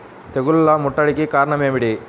తెగుళ్ల ముట్టడికి కారణం ఏమిటి?